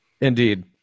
Indeed